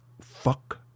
Fuck